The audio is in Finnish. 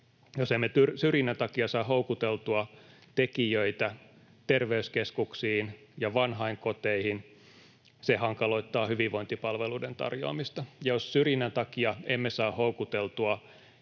Jos emme syrjinnän takia saa houkuteltua tekijöitä terveyskeskuksiin ja vanhainkoteihin, se hankaloittaa hyvinvointipalveluiden tarjoamista. Jos syrjinnän takia emme saa houkuteltua